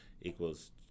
equals